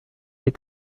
est